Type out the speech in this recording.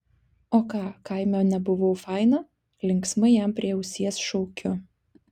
o ką kaime nebuvau faina linksmai jam prie ausies šaukiu